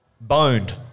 Boned